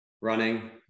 running